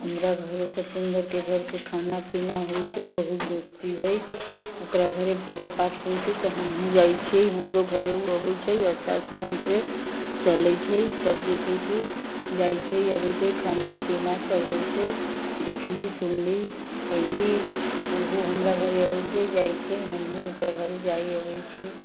हमरा घरसँ मित्रके घरसँ खाना पीना होइ छै बहुत दोस्ती अछि ओकरा घरे पूजा पाठ होइ छै तऽ हमहुँ जाइ छियै हमरो घरे ओ अबै छै अच्छासँ ढङ्गसँ चलै छै सभ देखै छै जाइ छै अबै छै खाना पीना सभ होइ छै देखलीह सुनलीह अयलीह ओहो हमरा घरे अबै छै जाइ छै हमहुँ ओकरा घरे जाइ अबै छियै